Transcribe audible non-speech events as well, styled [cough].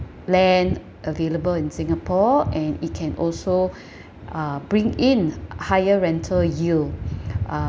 land available in singapore and it can also [breath] uh bring in higher rental yield [breath] err